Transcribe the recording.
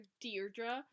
Deirdre